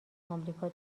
آمریکا